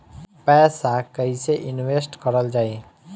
पैसा कईसे इनवेस्ट करल जाई?